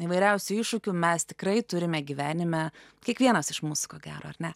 įvairiausių iššūkių mes tikrai turime gyvenime kiekvienas iš mūsų ko gero ar ne